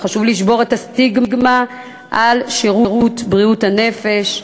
חשוב לשבור את הסטיגמה על שירות בריאות הנפש,